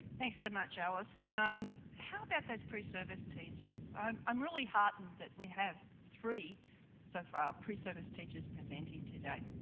thanks so much, alice. and um how about those pre-service teachers? i'm i'm really heartened that we have three so far pre-service teachers presenting today.